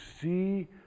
see